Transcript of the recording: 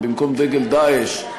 במקום דגל "דאעש".